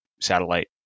satellite